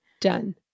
Done